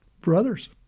brothers